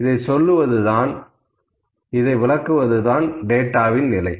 இதை சொல்லுவது தான் டேட்டாவில் நிலை